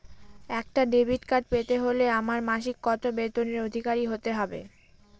একটা debit card পেতে হলে আমার মাসিক কত বেতনের অধিকারি হতে হবে?